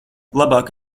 labāk